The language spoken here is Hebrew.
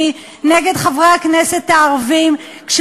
עמד כאן על הדוכן והסית באופן סלקטיבי נגד חברי הכנסת הערבים,